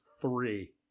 three